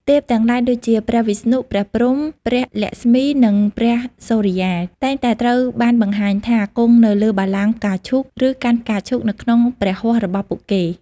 ទេពទាំងឡាយដូចជា ព្រះវិស្ណុ ព្រះព្រហ្ម ព្រះលក្ម្សី និងព្រះសូរ្យា តែងតែត្រូវបានបង្ហាញថា គង់នៅលើបល្ល័ង្កផ្កាឈូក ឬកាន់ផ្កាឈូកនៅក្នុងព្រះហស្ថរបស់ពួកគេ។